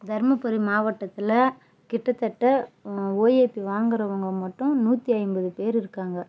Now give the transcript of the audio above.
தருமபுரி மாவட்டத்தில் கிட்டத்தட்ட ஓஏபி வாங்குறவங்க மட்டும் நூற்றி ஐம்பது பேர் இருக்காங்க